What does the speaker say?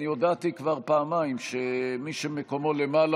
אני הודעתי כבר פעמיים שמי שמקומו למעלה